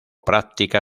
práctica